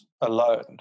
alone